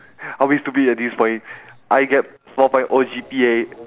I'll be stupid at this point I get four point O G_P_A